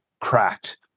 cracked